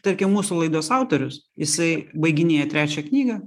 tarkim mūsų laidos autorius jisai baiginėja trečią knygą